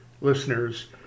listeners